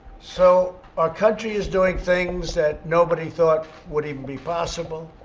so, our country is doing things that nobody thought would even be possible.